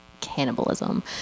cannibalism